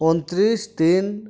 ᱩᱱᱛᱨᱤᱥ ᱛᱤᱱ